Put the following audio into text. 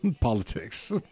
politics